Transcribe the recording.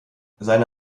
seine